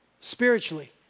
spiritually